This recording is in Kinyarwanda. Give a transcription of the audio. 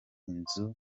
inzugi